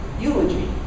eulogy